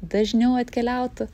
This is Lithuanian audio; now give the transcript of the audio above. dažniau atkeliautų